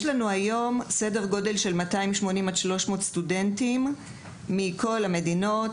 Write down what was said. יש לנו 280 300 סטודנטים מכל המדינות,